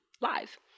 live